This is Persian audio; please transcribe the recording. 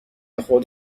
خود